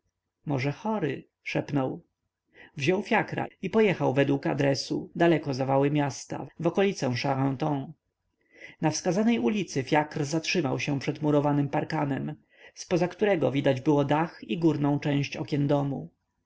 może chory szepnął wziął fiakra i pojechał według adresu daleko za wały miasta w okolicę charenton na wskazanej ulicy fiakr zatrzymał się przed murowanym parkanem zpoza niego widać było dach i górną część okien domu